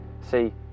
See